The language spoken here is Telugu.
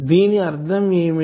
దీని అర్ధం ఏమిటి